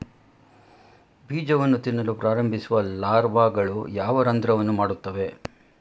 ಬೀಜವನ್ನು ತಿನ್ನಲು ಪ್ರಾರಂಭಿಸುವ ಲಾರ್ವಾಗಳು ಯಾವ ರಂಧ್ರವನ್ನು ಮಾಡುತ್ತವೆ?